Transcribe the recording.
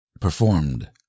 performed